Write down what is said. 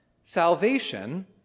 Salvation